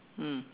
mm